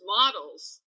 models